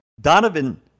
Donovan